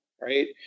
right